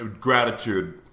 gratitude